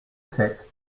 sept